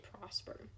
prosper